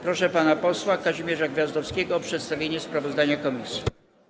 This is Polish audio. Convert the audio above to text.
Proszę pana posła Kazimierza Gwiazdowskiego o przedstawienie sprawozdania komisji.